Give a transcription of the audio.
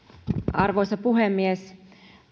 arvoisa puhemies